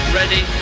ready